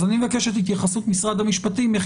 אז אני מבקש את התייחסות משרד המשפטים איך